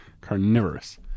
carnivorous